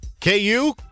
KU